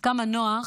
אז כמה נוח